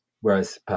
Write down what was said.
Whereas